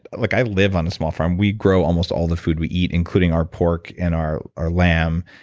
like i live on a small farm. we grow almost all the food we eat, including our pork and our our lamb,